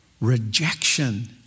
rejection